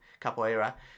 Capoeira